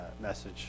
message